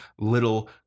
little